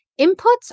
inputs